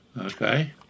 okay